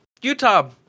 utah